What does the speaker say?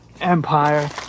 Empire